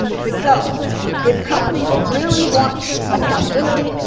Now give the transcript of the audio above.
so if companies really want accountability,